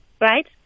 right